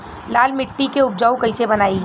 लाल मिट्टी के उपजाऊ कैसे बनाई?